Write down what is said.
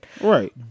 Right